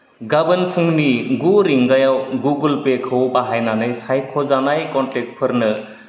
गाबोन फुंनि गु रिंगायाव गुगोल पे खौ बाहायनानै सायख'जानाय क'नटेक्टफोरनो